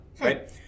right